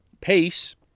pace